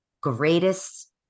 greatest